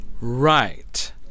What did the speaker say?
Right